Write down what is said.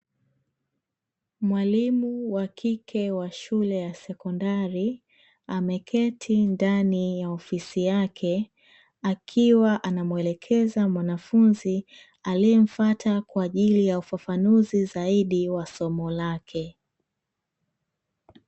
Mwalimu wa kike wa shule ya sekondari ameketi ndani ya ofisi yake akiwa anamwelekeza mwanafunzi aliyemfwata kwaajili ya ufafanuzi zaidi wa somo lake.